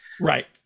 right